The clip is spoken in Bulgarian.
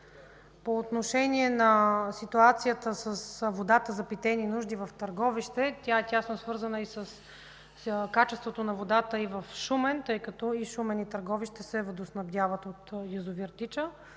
по отношение на ситуацията с водата за питейни нужди в Търговище – тя е тясно свързана и с качеството на водата и в Шумен, тъй като и Шумен, и Търговище се водоснабдяват от язовир „Тича”.